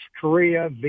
Korea